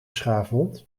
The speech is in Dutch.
schaafwond